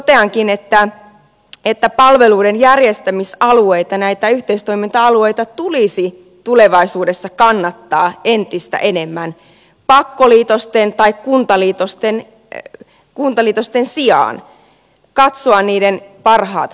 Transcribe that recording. siksi toteankin että palveluiden järjestämisalueita näitä yhteistoiminta alueita tulisi tulevaisuudessa kannattaa entistä enemmän pakkoliitosten tai kuntaliitosten sijaan katsoa niiden parhaat puolet